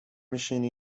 میشینی